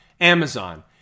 Amazon